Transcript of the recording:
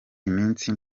iminsi